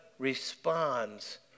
Responds